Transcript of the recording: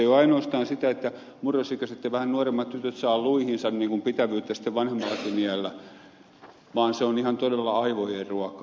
se ei ole ainoastaan sitä että murrosikäiset ja vähän nuoremmat tytöt saavat luihinsa pitävyyttä sitten vanhemmallakin iällä vaan liikunta on ihan todella aivojen ruokaa